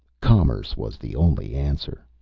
commerce was the only answer.